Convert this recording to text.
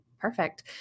perfect